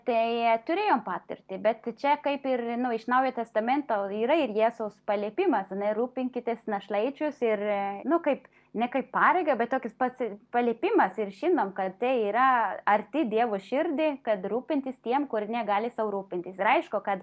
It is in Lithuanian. tai turėjom patirtį bet čia kaip ir nu iš naujojo testamento yra ir jėzaus paliepimas žinai rūpinkitės našlaičius ir nu kaip ne kaip pareigą bet tokius pat paliepimas ir žinom kad tai yra arti dievo širdį kad rūpintis tiem kurie negali sau rūpintis ir aišku kad